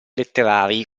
letterari